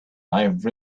life